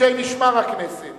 לאנשי משמר הכנסת